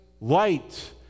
light